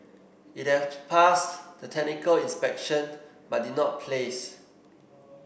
it had passed the technical inspection but did not place